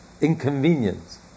inconvenience